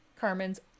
Carmen's